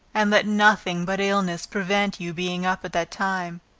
and let nothing but illness prevent your being up at that time.